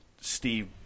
Steve